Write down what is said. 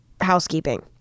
housekeeping